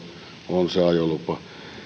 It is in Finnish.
on se ajolupa